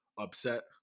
upset